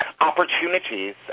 opportunities